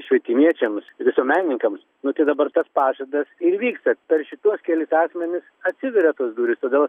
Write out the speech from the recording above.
švietimiečiams visuomenininkams nu tai dabar tas pažadas ir vyksta per šituos kelis asmenis atsiveria tos durys todėl